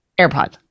AirPods